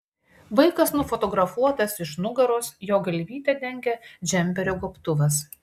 vaikas nufotografuotas iš nugaros jo galvytę dengia džemperio gobtuvas